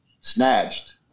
Snatched